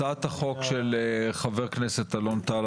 הצעת החוק של חבר הכנסת אלון טל,